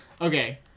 Okay